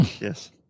Yes